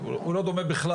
הוא לא דומה בכלל.